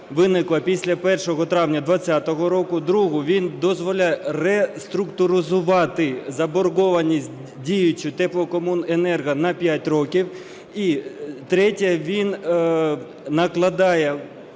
він дозволяє реструктуризувати заборгованість діючу теплокомуненерго на 5 років. І третє – він накладає